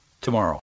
tomorrow